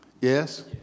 Yes